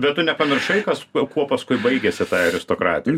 bet tu nepamiršai kas kuo paskui baigėsi tai aristokratijai